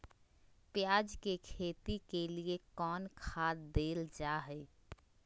प्याज के खेती के लिए कौन खाद देल जा हाय?